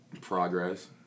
progress